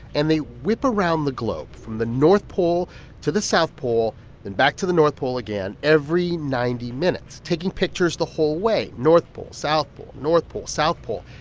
and they whip around the globe from the north pole to the south pole and back to the north pole again every ninety minutes taking pictures the whole way north pole, south pole, north pole, south pole.